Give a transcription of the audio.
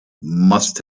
must